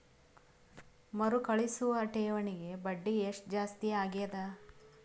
ಮರುಕಳಿಸುವ ಠೇವಣಿಗೆ ಬಡ್ಡಿ ಎಷ್ಟ ಜಾಸ್ತಿ ಆಗೆದ?